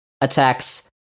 attacks